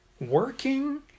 Working